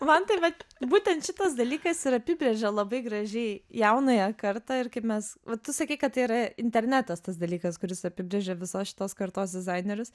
man tai vat būtent šitas dalykas ir apibrėžia labai gražiai jaunąją kartą ir kaip mes va tu sakei kad tai yra internetas tas dalykas kuris apibrėžia visos šitos kartos dizainerius